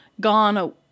gone